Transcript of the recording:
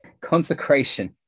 Consecration